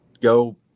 go